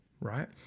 Right